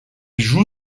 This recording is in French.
joue